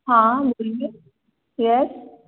हाँ मिलेंगे यस